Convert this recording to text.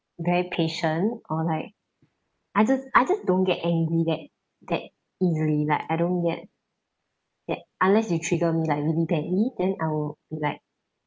very patient or like I just I just don't get angry that that easily like I don't get get unless you trigger me like really badly then I'll be like